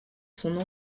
son